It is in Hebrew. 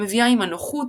המביאה עימה נוחות,